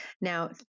Now